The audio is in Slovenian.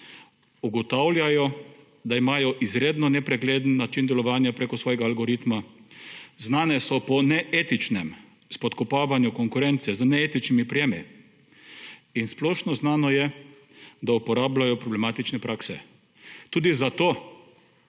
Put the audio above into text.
ugotavljajo, da imajo izredno nepregleden način delovanja preko svojega algoritma, znane so po neetičnem spodkopavanju konkurence, z neetičnimi prijemi in splošno znano je, da uporabljajo problematične prakse. Tudi zato